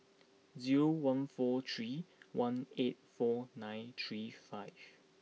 zero one four three one eight four nine three five